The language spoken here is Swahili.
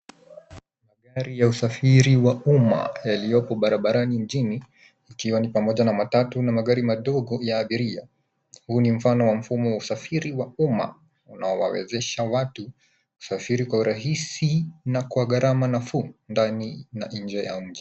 Magari ya usafiri wa umma yaliyoko barabarani ikiwa ni pamoja na matatu na magari madogo ya abiria. Huu ni mfano ya mfumo wa usafiri wa umma unaowawezesha watu kusafiri kwa urahisi na kwa gharama nafuu ndani na nje ya mji.